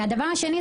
דבר שני,